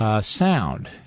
sound